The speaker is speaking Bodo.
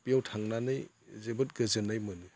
बेयाव थांनानै जोबोद गोजोननाय मोनो